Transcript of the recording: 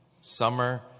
Summer